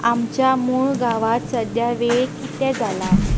आमच्या मूळ गांवांत सद्याक वेळ कितें जाला